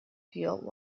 field